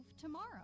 tomorrow